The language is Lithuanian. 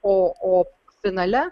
o o finale